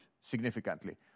significantly